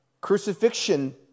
Crucifixion